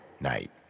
night